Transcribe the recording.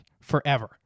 forever